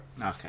Okay